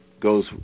goes